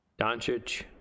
Doncic